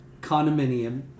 condominium